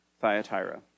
Thyatira